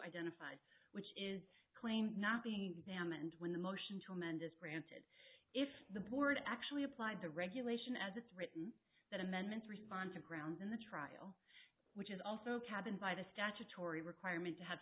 identified which is claimed not being examined when the motion tremendous granted if the board actually applied the regulation as it's written that amendments respond to grounds in the trial which is also cabin by the statutory requirement to have